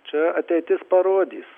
čia ateitis parodys